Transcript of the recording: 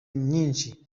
nyinshi